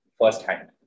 firsthand